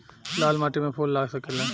लाल माटी में फूल लाग सकेला?